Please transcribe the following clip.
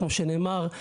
כמו שנאמר,